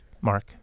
Mark